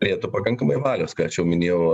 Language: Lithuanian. turėtų pakankamai valios ką aš jau minėjau